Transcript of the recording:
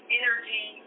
energy